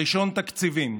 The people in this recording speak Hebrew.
הראשון, תקציבים.